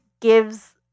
gives